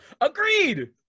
Agreed